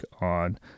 on